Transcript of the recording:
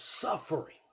suffering